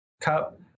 cup